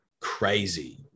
crazy